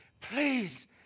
please